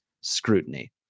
scrutiny